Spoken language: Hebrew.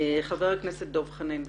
חבר הכנסת דב חנין בבקשה.